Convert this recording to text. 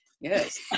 yes